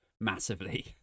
massively